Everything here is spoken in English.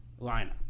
lineup